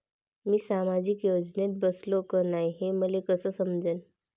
मी सामाजिक योजनेत बसतो का नाय, हे मले कस समजन?